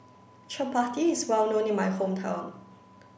Chapati is well known in my hometown